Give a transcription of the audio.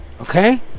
okay